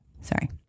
sorry